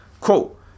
Quote